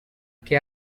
que